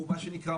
מה שנקרא,